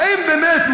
האם באמת,